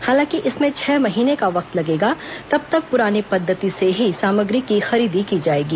हालांकि इसमें छह महीने का वक्त लगेगा तब तक पुरानी पद्वति से ही सामग्री की खरीदी की जाएगी